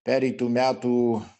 pereitų metų